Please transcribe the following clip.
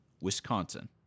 Wisconsin